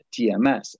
TMS